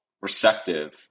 receptive